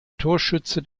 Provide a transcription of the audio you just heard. torschütze